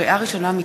לקריאה ראשונה,